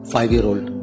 Five-year-old